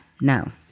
No